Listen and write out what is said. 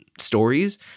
stories